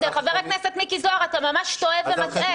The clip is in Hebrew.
חבר הכנסת מיקי זוהר, אתה ממש טועה ומטעה.